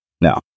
Now